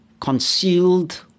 concealed